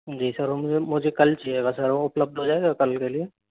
जी sir वो मुझे कल चाहिएगा सर वो उपलब्ध हो जाएगा कल के लिए